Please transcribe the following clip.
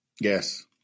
Yes